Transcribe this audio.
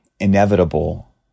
Inevitable